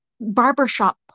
barbershop